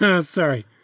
Sorry